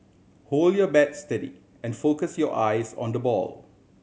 hold your bat steady and focus your eyes on the ball